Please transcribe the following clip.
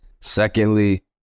secondly